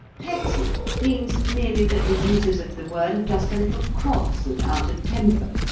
petty means merely that the users of the word are just a little cross and out of temper.